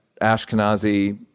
Ashkenazi